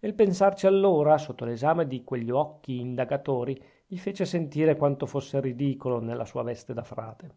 il pensarci allora sotto l'esame di quegli occhi indagatori gli fece sentire quanto fosse ridicolo nella sua veste da frate